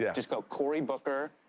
yeah just go, cory booker,